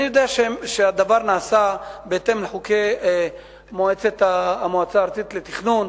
אני יודע שהדבר נעשה בהתאם לחוקי המועצה הארצית לתכנון,